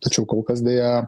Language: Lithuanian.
tačiau kol kas deja